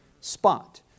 spot